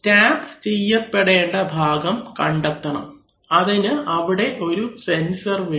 stamp ചെയ്യപ്പെടേണ്ട ഭാഗം കണ്ടെത്തണം അതിന് അവിടെ ഒരു സെൻസർ വേണം